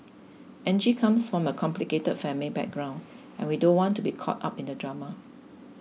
Angie comes from a complicated family background and we don't want to be caught up in the drama